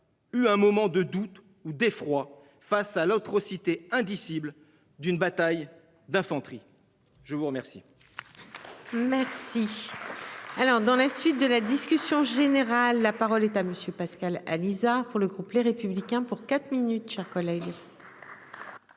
Eu un moment de doute ou d'effroi face à l'atrocité indicible d'une bataille d'infanterie. Je vous remercie.